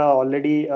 already